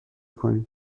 کنیم